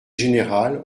général